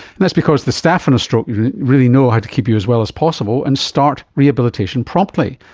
and that's because the staff in a stroke unit really know how to keep you as well as possible and start rehabilitation promptly.